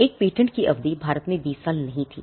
एक पेटेंट की अवधि भारत में 20 साल नहीं थी